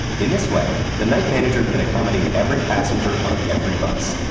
in this way, the night manager can accommodate every passenger on every bus.